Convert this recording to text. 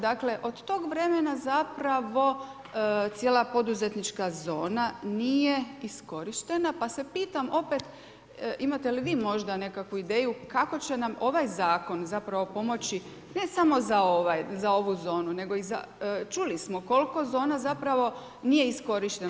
Dakle, od tog vremena zapravo cijela poduzetnička zona nije iskorištena, pa se pitam opet imate li vi možda nekakvu ideju kako će nam ovaj zakon, zapravo pomoći ne samo za ovu zonu, nego i za, čuli smo koliko zona zapravo nije iskorišteno.